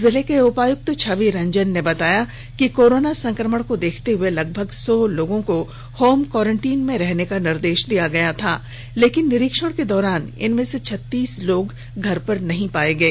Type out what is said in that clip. जिले के उपायुक्त छवि रंजन ने बताया कि कोरोना संक्रमण को देखते हुए लगभग सौ लोगों को होम क्वारेंटाइन में रहने का निर्देश दिया गया था लेकिन निरीक्षण के दौरान इनमें से छत्तीस लोग घर पर नहीं पाए गए